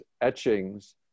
etchings